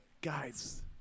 guys